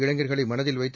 இளைஞர்களை மனதில் வைத்து